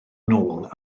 nôl